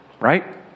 right